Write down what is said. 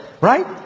right